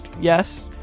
Yes